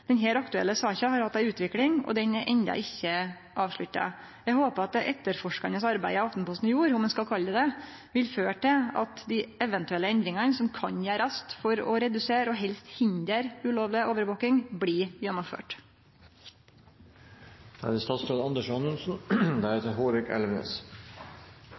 aktuelle saka har hatt ei utvikling, og ho er enno ikkje avslutta. Eg håpar at det etterforskande arbeidet Aftenposten gjorde, om ein skal kalle det det, vil føre til at dei eventuelle endringane som kan gjerast for å redusere og helst hindre ulovleg overvaking, blir